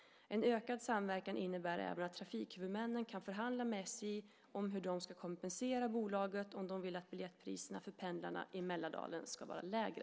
En ökad samverkan innebär även att trafikhuvudmännen kan förhandla med SJ om hur de ska kompensera bolaget om de vill att biljettpriserna för pendlarna i Mälardalen ska vara lägre.